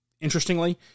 interestingly